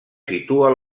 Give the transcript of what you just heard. situa